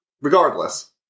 Regardless